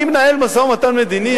אני מנהל משא-ומתן מדיני?